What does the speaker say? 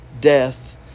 death